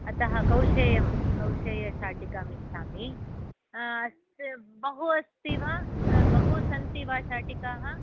अतः कौशेयं कौशेयशाटिकाम् इच्छामि अस्तु बहु अस्ति वा बहु सन्ति वा शाटिकाः